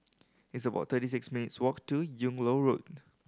it's about thirty six minutes' walk to Yung Loh Road